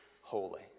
Holy